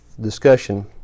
discussion